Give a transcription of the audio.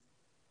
שלום.